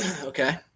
Okay